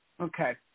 Okay